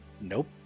nope